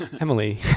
Emily